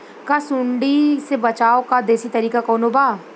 का सूंडी से बचाव क देशी तरीका कवनो बा?